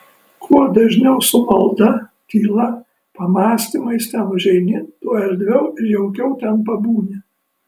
kuo dažniau su malda tyla pamąstymais ten užeini tuo erdviau ir jaukiau ten pabūni